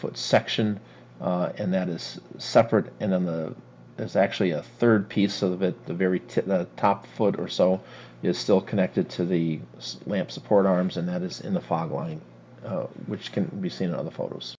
foot section and that is separate and then there's actually a third piece of it the very top foot or so is still connected to the slab support arms and that is in the fog line which can be seen on the photos